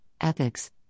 ethics